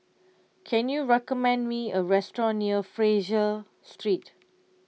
can you recommend me a restaurant near Fraser Street